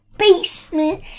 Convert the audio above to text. basement